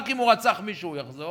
רק אם הוא רצח מישהו הוא יחזור,